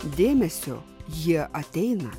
dėmesio jie ateina